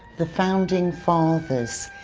the founding fathers.